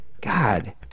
God